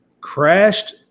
crashed